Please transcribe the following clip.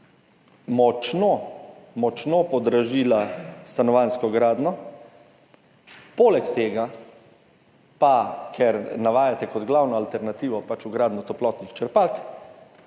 močno podražila stanovanjsko gradnjo, poleg tega pa, ker navajate kot glavno alternativo vgradnjo toplotnih črpalk,